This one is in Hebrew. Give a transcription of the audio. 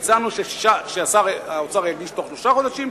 והצענו ששר האוצר יגיש בתוך שלושה חודשים,